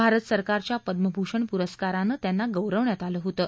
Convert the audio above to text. भारत सरकारच्या पद्मभूषण पुरस्कारानं त्यांना गौरवण्यात आलं होतं